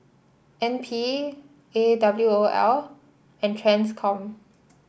N P A W O L and Transcom